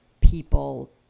people